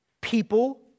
People